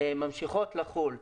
ממשיכות לחול.